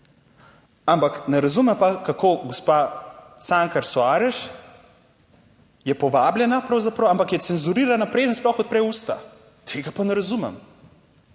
ampak ne razume pa, kako, gospa Cankar / nerazumljivo/ je povabljena pravzaprav, ampak je cenzurirana preden sploh odpre usta, tega pa ne razumem.